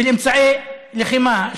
של אמצעי לחימה,